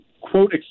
quote